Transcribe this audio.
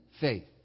faith